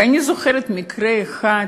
ואני זוכרת מקרה אחד,